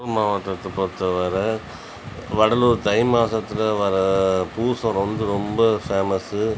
வடலூர் மாவட்டத்தை பொறுத்தவரை வடலூர் தை மாதத்துல வர பூசம் வந்து ரொம்ப ஃபேமஸ்ஸு